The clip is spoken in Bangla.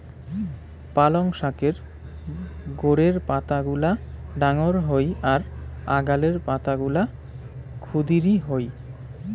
পালঙ শাকের গোড়ের পাতাগুলা ডাঙর হই আর আগালের পাতাগুলা ক্ষুদিরী হয়